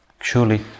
surely